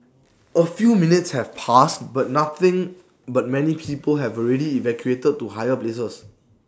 A few minutes have passed but nothing but many people have already evacuated to higher places